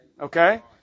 Okay